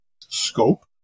scope